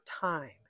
time